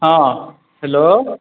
हँ हेलो